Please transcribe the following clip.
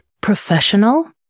professional